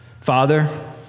Father